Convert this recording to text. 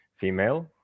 female